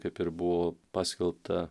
kaip ir buvo paskelbta